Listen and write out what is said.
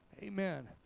Amen